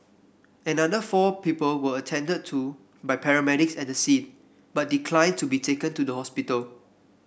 another four people were attended to by paramedics at the scene but declined to be taken to the hospital